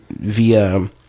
via